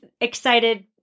excited